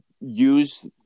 use